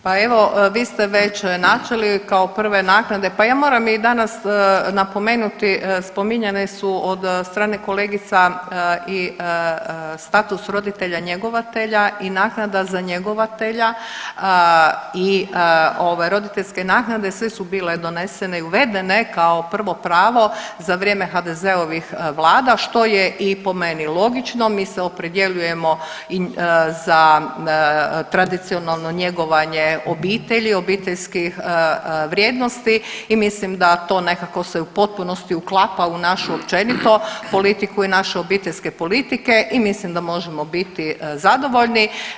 Pa evo vi ste već načeli kao prve naknade, pa ja moram i danas napomenuti spominjane su od strane kolegica i status roditelja njegovatelja i naknada za njegovatelja i ovaj roditeljske naknade sve su bile donesene i uvedene kao prvo pravo za vrijeme HDZ-ovih vlada, što je i po meni logično, mi se opredjeljujemo za tradicionalno njegovanje obitelji, obiteljskih vrijednosti i mislim da to nekako se u potpunosti uklapa u našu općenito politiku i naše obiteljske politike i mislim da možemo biti zadovoljni.